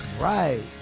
right